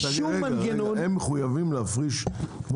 הם מחויבים להפריש?